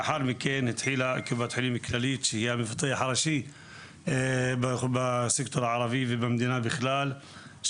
לאחר מכן קופת חולים כללית שהיא המבטח הראשי בסקטור הערבי ובמדינה בכלל,